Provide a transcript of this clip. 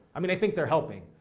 i mean, they think they're helping,